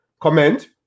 Comment